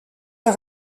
est